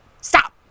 stop